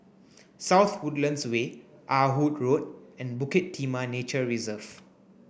South Woodlands Way Ah Hood Road and Bukit Timah Nature Reserve